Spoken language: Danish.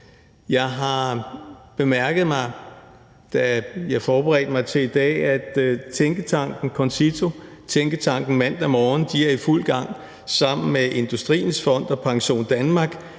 Jeg har bemærket – da jeg forberedte mig til i dag – at tænketanken CONCITO og Tænketanken Mandag Morgen er i fuld gang sammen med Industriens Fond og PensionDanmark